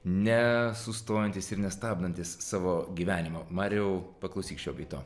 ne sustojantis ir nestabdantis savo gyvenimo mariau paklausyk šio bei to